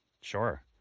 Sure